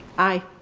i.